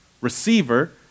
receiver